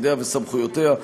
תפקידיה וסמכויותיה,